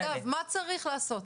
נדב מה צריך לעשות?